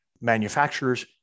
manufacturers